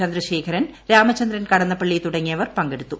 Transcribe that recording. ചന്ദ്രശേഖരൻ രാമചന്ദ്രൻ കടന്നപ്പള്ളി തുടങ്ങിയവർ പങ്കെടുത്തു